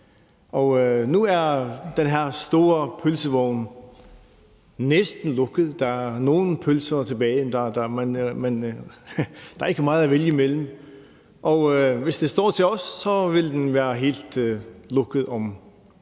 nu er den her store pølsevogn næsten lukket, der er nogle pølser tilbage, men der er ikke meget at vælge mellem. Hvis det står til os, vil den være helt lukket om